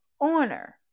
honor